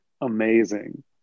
Amazing